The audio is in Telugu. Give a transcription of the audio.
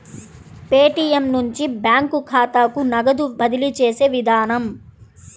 పేటీఎమ్ నుంచి బ్యాంకు ఖాతాకు నగదు బదిలీ చేసే విధానం